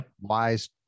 wise